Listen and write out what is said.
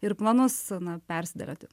ir planus na persiderėti